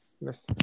Yes